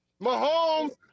Mahomes